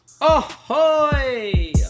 Ahoy